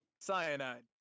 Cyanide